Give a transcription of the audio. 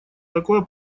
такое